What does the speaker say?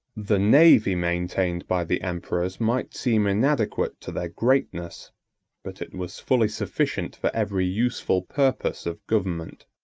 the navy maintained by the emperors might seem inadequate to their greatness but it was fully sufficient for every useful purpose of government.